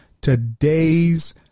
today's